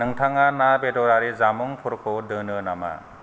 नोंथाङा ना बेदरारि जामुंफोरखौ दोनो नामा